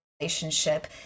relationship